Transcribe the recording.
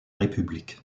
république